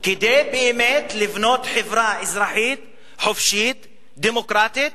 כדי באמת לבנות חברה אזרחית, חופשית, דמוקרטית,